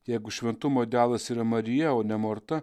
jeigu šventumo idealas yra marija o ne morta